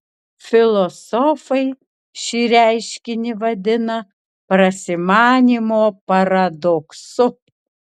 filosofai šį reiškinį vadina prasimanymo paradoksu